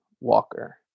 Walker